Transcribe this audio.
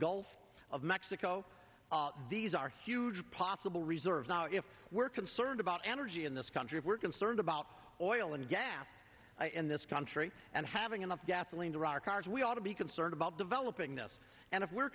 gulf of mexico these are huge possible reserves now if we're concerned about energy in this country if we're concerned about oil and gas in this country and having enough gasoline to our cars we ought to be concerned about developing this and if we